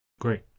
Great